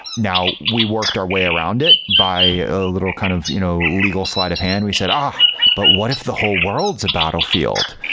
now, we worked our way around it by little kind of you know legal sleight-of-hand. we said, but what if the whole world is a battlefield?